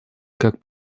как